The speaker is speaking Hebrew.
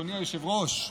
אדוני היושב-ראש,